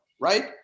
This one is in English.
right